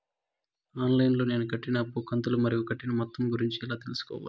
On line లో నేను కట్టిన అప్పు కంతులు మరియు కట్టిన మొత్తం గురించి ఎలా తెలుసుకోవాలి?